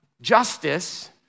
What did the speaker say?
justice